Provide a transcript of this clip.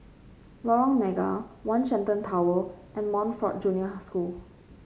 Lorong Mega One Shenton Tower and Montfort Junior School